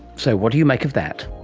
so what do you make of that?